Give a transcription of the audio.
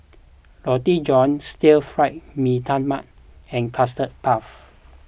Roti John Stir Fry Mee Tai Mak and Custard Puff